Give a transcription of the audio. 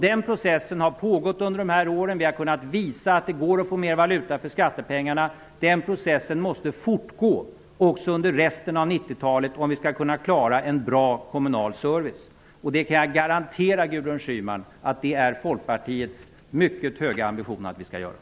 Den processen har pågått under de här åren; vi har kunnat visa att det går att få mer valuta för skattepengarna. Den processen måste fortgå också under resten av 90-talet om vi skall kunna klara en bra kommunal service. Det är Folkpartiets mycket höga ambition att vi skall göra -- det kan jag garantera Gudrun Schyman.